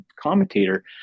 commentator